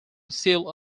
seal